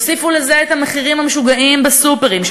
תוסיפו לזה את המחירים המשוגעים בסופרים,